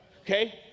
Okay